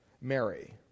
Mary